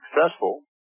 successful